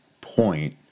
point